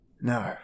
No